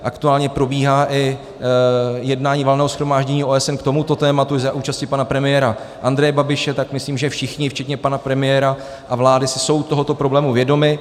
Aktuálně probíhá i jednání Valného shromáždění OSN k tomuto tématu i za účasti pana premiéra Andreje Babiše, tak myslím, že všichni včetně pana premiéra a vlády jsou si tohoto problému vědomi.